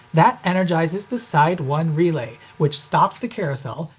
that energizes the side one relay, which stops the carousel,